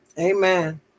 Amen